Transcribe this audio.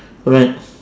correct